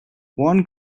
one